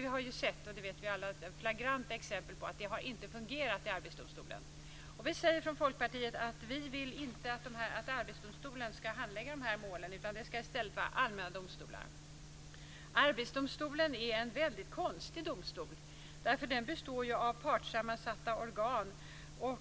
Vi har alla sett flagranta exempel på att det inte har fungerat i Arbetsdomstolen. Vi i Folkpartiet vill inte att Arbetsdomstolen ska handlägga de här målen. Det ska i stället allmänna domstolar göra. Arbetsdomstolen är en väldigt konstig domstol. Den består ju av partsammansatta organ.